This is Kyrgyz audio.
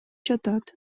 жатат